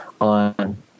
on